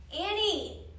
Annie